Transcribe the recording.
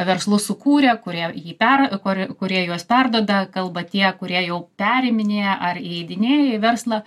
verslus sukūrę kurie jį per kur kurie juos perduoda kalba tie kurie jau periminėja ar įeidinėja į verslą